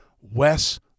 Wes